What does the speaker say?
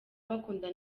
bakunda